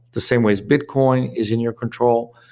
the same ways bitcoin is in your control,